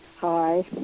Hi